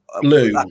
blue